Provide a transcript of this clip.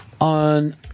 on